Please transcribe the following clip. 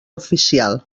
oficial